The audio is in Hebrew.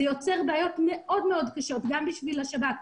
זה משהו שיוצר בעיות מאוד קשות, גם בשביל השב"כ.